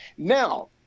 Now